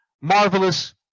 marvelous